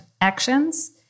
actions